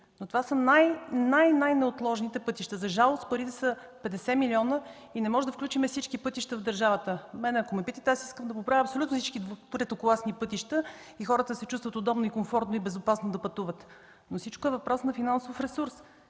това са най- най-неотложните пътища. За жалост парите са 50 милиона и не можем да включим всички пътища в държавата. Ако ме питате мен, аз искам да оправя абсолютно всички третокласни пътища и хората да се чувстват удобно, комфортно и безопасно да пътуват. Но всичко е въпрос на финансов ресурс.